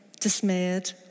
dismayed